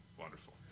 Wonderful